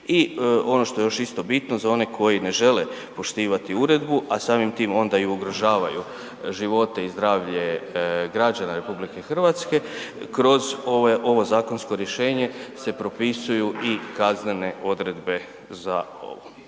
I ono što je još isto bitno, za one koji ne žele poštivati uredbu, a samim time onda i ugrožavaju živote i zdravlje građana RH, kroz ovo zakonsko rješenje se propisuju i kaznene odredbe za ovo.